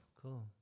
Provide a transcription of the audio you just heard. Cool